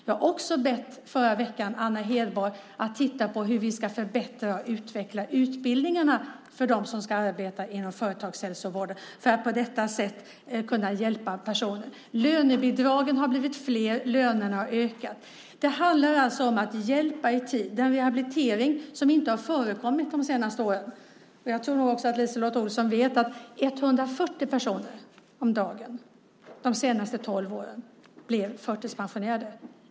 Jag har också bett Anna Hedborg - det gjorde jag förra veckan - att titta på hur vi ska förbättra och utveckla utbildningarna för dem som ska arbeta inom företagshälsovården för att på det sättet kunna hjälpa personen. Lönebidragen har blivit fler, och lönerna har ökat. Det handlar alltså om att hjälpa i tid, om en rehabilitering som inte har förekommit under de senaste åren. Jag tror att LiseLotte Olsson vet att 140 personer dagligen under de senaste tolv åren blivit förtidspensionerade.